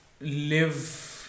live